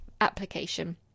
application